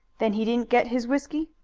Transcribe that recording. then he didn't get his whisky?